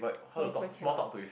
some people cannot